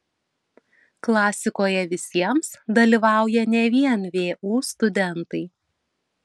klasikoje visiems dalyvauja ne vien vu studentai